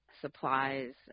supplies